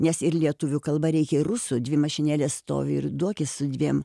nes ir lietuvių kalba reikia rusų dvi mašinėlės stovi ir duokis su dviem